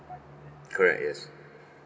correct yes